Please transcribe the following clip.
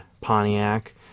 pontiac